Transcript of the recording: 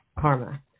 karma